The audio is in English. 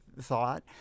thought